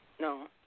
no